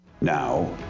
Now